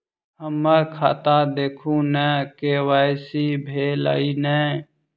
हम्मर खाता देखू नै के.वाई.सी भेल अई नै?